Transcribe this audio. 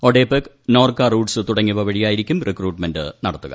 ഒഡെപെക് നോർക്ക റൂട്ട്സ് തുടങ്ങിയവ വഴിയായിരിക്കും റിക്രൂട്ട്മെന്റ് നടത്തുക